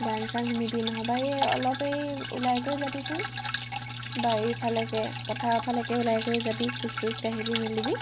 গান চান শুনিবি নহ'বা এই অলপ এই ওলাই কৰি যাবিচোন বাৰীৰ ফালেকে পথাৰৰ ফালেকে ওলাই কৰি যাবি খোজ চোজ কাঢ়িবি মিলিবি